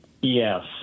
yes